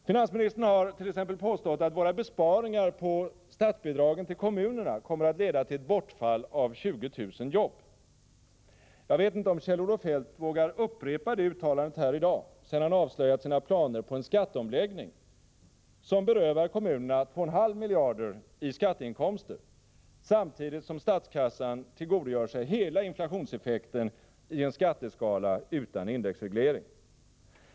Finansministern har t.ex. påstått att våra besparingar på statsbidragen till kommunerna kommer att leda till ett bortfall av 20 000 jobb. Jag vet inte om Kjell-Olof Feldt vågar upprepa det uttalandet här i dag, sedan han avslöjat sina planer på en skatteomläggning som berövar kommunerna 2,5 miljarder i skatteinkomster, samtidigt som statskassan tillgodogör sig hela inflationseffekten i en skatteskala utan indexreglering.